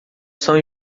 são